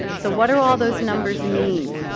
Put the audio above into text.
so what do all those numbers mean?